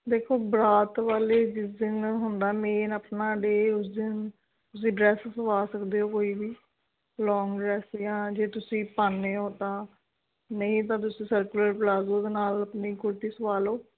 ਦੇਖੋ ਬਰਾਤ ਵਾਲੇ ਜਿਸ ਦਿਨ ਹੁੰਦਾ ਮੇਨ ਆਪਣਾ ਡੇ ਉਸ ਦਿਨ ਤੁਸੀਂ ਡਰੈੱਸ ਸਿਲਵਾ ਸਕਦੇ ਹੋ ਕੋਈ ਵੀ ਲੌਂਗ ਡਰੈੱਸ ਜਾਂ ਜੇ ਤੁਸੀਂ ਪਾਉਂਦੇ ਓਂ ਤਾਂ ਨਹੀਂ ਤਾਂ ਤੁਸੀਂ ਸਰਕੂਲਰ ਪਲਾਜ਼ੋ ਦੇ ਨਾਲ ਆਪਣੀ ਕੁੜਤੀ ਸਿਲਵਾ ਲਓ